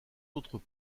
autres